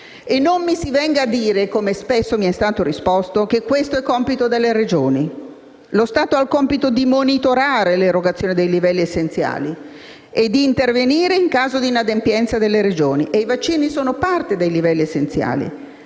non mi si venga a dire, come spesso mi è stato risposto, che questo è compito delle Regioni: lo Stato ha il compito di monitorare l'erogazione dei livelli essenziali e di intervenire in caso di inadempienza delle Regioni, e i vaccini sono parte dei livelli essenziali.